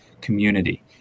community